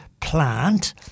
plant